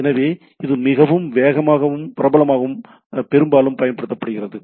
எனவே இது மிகவும் வேகமாகவும் பிரபலமாகவும் பெரும்பாலும் பயன்படுத்தப்படுகிறது